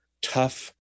tough